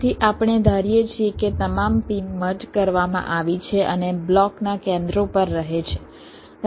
તેથી આપણે ધારીએ છીએ કે તમામ પિન મર્જ કરવામાં આવી છે અને બ્લોકના કેન્દ્રો પર રહે છે